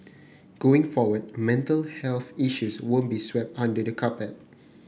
going forward mental health issues won't be swept under the carpet